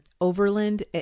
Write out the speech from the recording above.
Overland